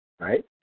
Right